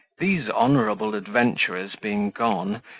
these honourable adventurers being gone,